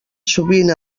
sovint